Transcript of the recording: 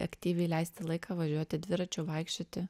aktyviai leisti laiką važiuoti dviračiu vaikščioti